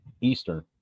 eastern